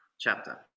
chapter